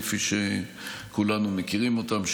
כפי שכולנו מכירים אותם,